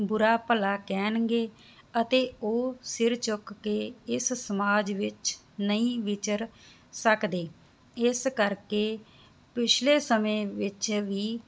ਬੁਰਾ ਭਲਾ ਕਹਿਨਗੇ ਅਤੇ ਉਹ ਸਿਰ ਚੁੱਕ ਕੇ ਇਸ ਸਮਾਜ ਵਿੱਚ ਨਹੀਂ ਵਿਚਰ ਸਕਦੇ ਇਸ ਕਰਕੇ ਪਿਛਲੇ ਸਮੇਂ ਵਿੱਚ ਵੀ